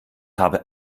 habe